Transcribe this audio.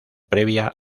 previa